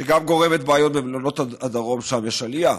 שגם גורמת בעיות במלונות הדרום, שם יש עלייה,